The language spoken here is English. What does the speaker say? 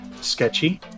sketchy